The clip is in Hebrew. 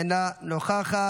אינה נוכחת,